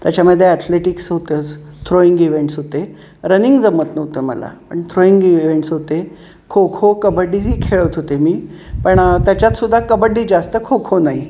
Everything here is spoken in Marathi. त्याच्यामध्ये ॲथलेटिक्स होतंच थ्रोईंग इवेंट्स होते रनिंग जमत नव्हतं मला पण थ्रोईंग इवेंट्स होते खो खो कबड्डी हे खेळत होते मी पण त्याच्यातसुद्धा कबड्डी जास्त खो खो नाही